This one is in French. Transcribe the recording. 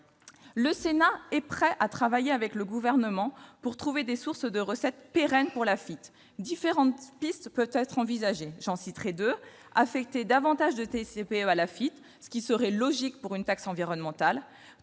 Le Sénat est prêt à travailler avec le Gouvernement pour trouver des sources de recettes pérennes pour l'Afitf. Différentes pistes peuvent être envisagées. J'en citerai deux : affecter davantage de TICPE à l'Afitf, ce qui serait logique pour une taxe environnementale